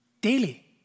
daily